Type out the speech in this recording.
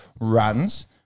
runs